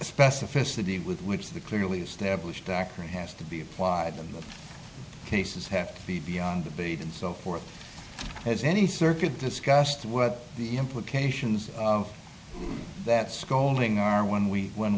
specificity with which the clearly established act has to be applied cases have to be beyond that and so forth has any circuit discussed what the implications of that scolding are when we when